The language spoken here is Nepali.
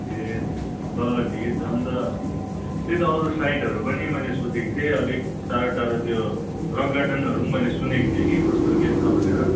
ए ल ल ठिकै छ अन्त त्यही त अरू साइडहरू पनि मैले सोधेको थिएँ अलिक टाडो टाडो त्यो रक गार्डनहरू पनि मैले सुनेको थिएँ कि कस्तो के छ भनेर